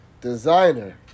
designer